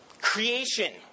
Creation